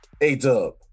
A-Dub